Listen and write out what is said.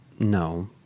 No